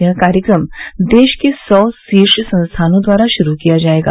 यह कार्यक्रम देश के सौ शीर्ष संस्थानों द्वारा शुरू किया जायेगा